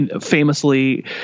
famously